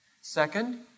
Second